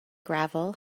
gravel